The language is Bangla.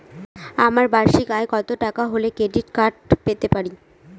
আমার বার্ষিক আয় কত টাকা হলে ক্রেডিট কার্ড পেতে পারি?